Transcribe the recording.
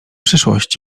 przyszłość